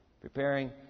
preparing